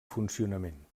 funcionament